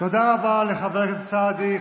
תודה רבה לחבר הכנסת סעדי.